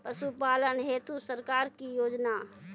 पशुपालन हेतु सरकार की योजना?